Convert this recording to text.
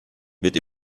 wird